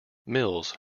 mills